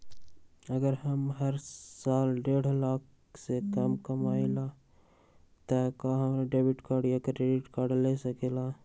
अगर हम हर साल डेढ़ लाख से कम कमावईले त का हम डेबिट कार्ड या क्रेडिट कार्ड ले सकली ह?